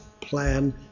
plan